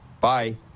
Bye